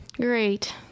Great